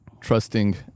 trusting